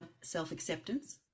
self-acceptance